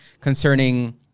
concerning